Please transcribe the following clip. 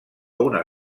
una